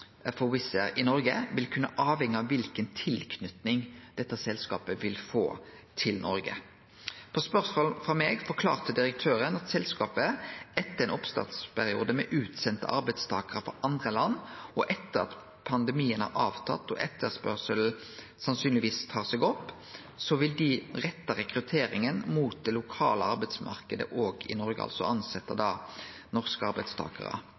for Wizz Air i Noreg, vil kunne avhenge av kva tilknyting dette selskapet vil få til Noreg. På spørsmål frå meg forklarte direktøren at selskapet vil rette rekrutteringa mot den lokale arbeidsmarknaden òg i Noreg, altså tilsetje norske arbeidstakarar, etter ein oppstartsperiode med utsende arbeidstakarar frå andre land, og etter at pandemien har avtatt og etterspørselen sannsynlegvis har tatt seg opp. Direktøren heldt fram at det